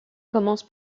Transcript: commence